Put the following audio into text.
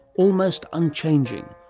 almost unchanging.